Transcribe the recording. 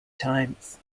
times